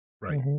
Right